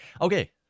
Okay